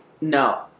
No